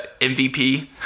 mvp